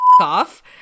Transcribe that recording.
Off